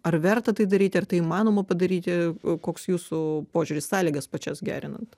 ar verta tai daryti ar tai įmanoma padaryti koks jūsų požiūris sąlygas pačias gerinant